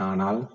Anal